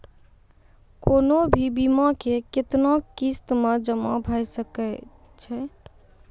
कोनो भी बीमा के कितना किस्त मे जमा भाय सके छै?